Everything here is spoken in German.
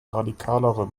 radikalere